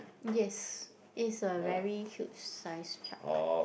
yes is a very huge size shark